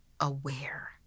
aware